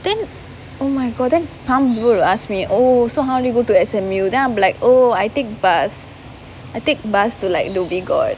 then oh my god then ask me oh so how do you go to S_M_U then I'm like oh I take bus I take bus to like dhoby ghaut